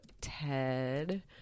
Ted